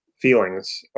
feelings